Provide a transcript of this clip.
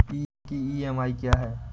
ऋण की ई.एम.आई क्या है?